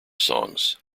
songs